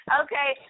okay